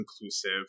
inclusive